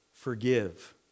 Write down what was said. forgive